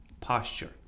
posture